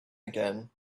again